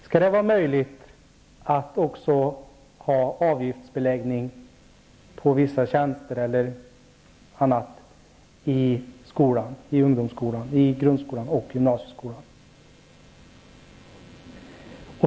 Skall det vara möjligt att också avgiftsbelägga vissa tjänster och annat i grundskolan och gymnasieskolan?